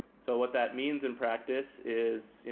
so what that means in practice is yeah